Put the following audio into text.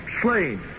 slain